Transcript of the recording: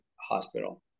hospital